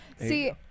see